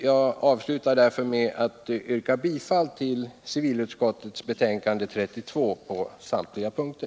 Jag slutar därför med att yrka bifall till civilutskottets hemställan i betänkande nr 32 på samtliga punkter.